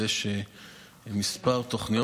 ויש כמה תוכניות